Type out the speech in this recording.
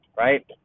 right